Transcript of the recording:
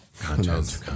Content